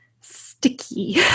sticky